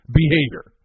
behavior